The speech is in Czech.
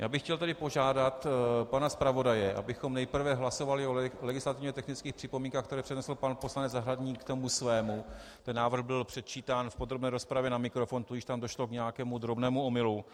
Já bych chtěl tady požádat pana zpravodaje, abychom nejprve hlasovali o legislativně technických připomínkách, které přednesl pan poslanec Zahradník k tomu svému, ten návrh byl předčítán v podrobné rozpravě na mikrofon, tudíž tam došlo k nějakému drobnému omylu.